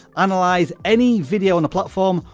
analyze any video on the platform,